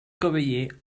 cavaller